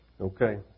Okay